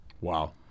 Wow